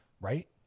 right